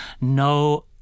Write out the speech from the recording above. No